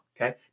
Okay